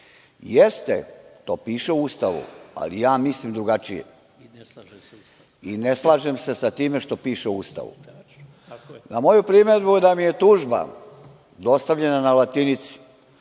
to piše u Ustavu, ali ja mislim drugačije i ne slažem se sa time što piše u Ustavu. Na moju primedbu da mi je tužba dostavljena na latinici